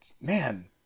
man